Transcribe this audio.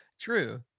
true